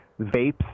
vapes